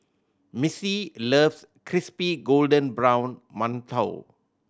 Missy loves crispy golden brown mantou